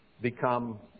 become